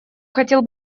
хотел